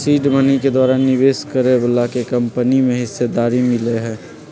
seed money के द्वारा निवेश करए बलाके कंपनी में हिस्सेदारी मिलइ छइ